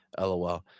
lol